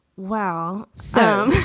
wow so